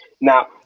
Now